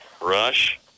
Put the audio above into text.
Rush